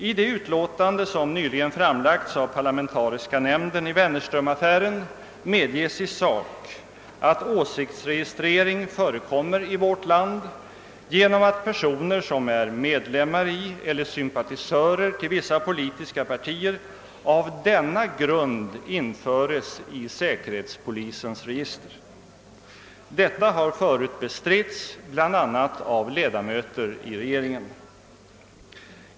I det utlåtande som nyligen framlagts av parlamentariska nämnden i Wennerströmaffären medges i sak att åsiktsregistrering förekommer i vårt land genom att personer, som är medlemmar i eller sympatiserar med vissa politiska partier, av denna grund införes i säkerhetspolisens register. Detta har förut bestritts bl.a. av ledamöter av regeringen.